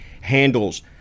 handles